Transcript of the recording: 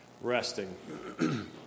resting